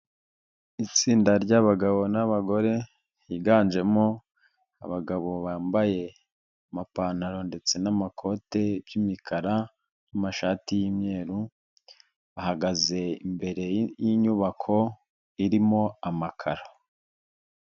Itsinda ry'abagabo n'abagore higanjemo abagabo bambaye amapantaro ndetse n'amakoti by'imikara n'amashati y'imyeru, bahagaze imbere y'inyubako irimo amakararo.